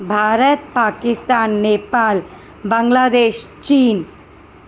Bharat Pakistan Nepal Bangladesh चीन